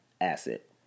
asset